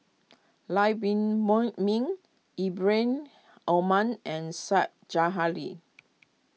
Lam Pin Moy Min Ibrahim Omar and Said Zahari